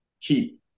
keep